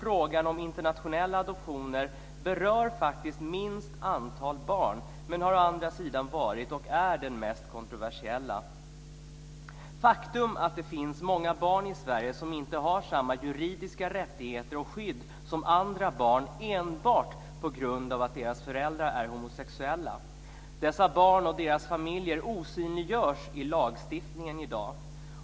Frågan om internationella adoptioner berör minst antal barn men har å andra sidan varit och är den mest kontroversiella. Faktum är att det finns många barn i Sverige som inte har samma juridiska rättigheter och skydd som andra barn enbart på grund av att deras föräldrar är homosexuella. Dessa barn och deras familjer osynliggörs i lagstiftningen i dag.